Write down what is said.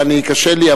וקשה לי,